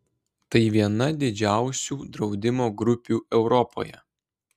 tai viena didžiausių draudimo grupių europoje